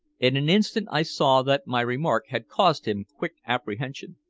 in an instant i saw that my remark had caused him quick apprehension.